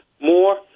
more